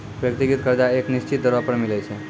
व्यक्तिगत कर्जा एक निसचीत दरों पर मिलै छै